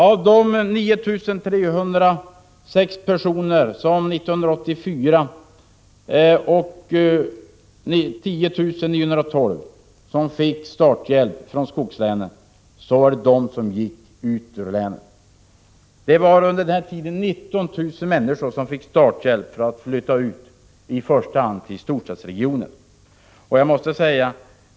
Det var 9 306 personer från skogslänen som fick starthjälp år 1984, och det var 10 912 personer år 1985. Under denna tid fick 19 000 människor starthjälp, som i första hand innebar hjälp att flytta till storstadsregioner.